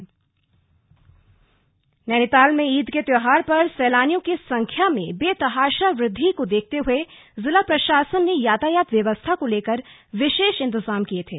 यातायात व्यवस्था नैनीताल में ईद के त्योहार पर सैलानियों की संख्या में बेतहाशा वृद्धि को देखते हुए ज़िला प्रशासन ने यातायात व्यवस्था को लेकर विशेष इंतज़ाम किए थे